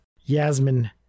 Yasmin